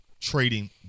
trading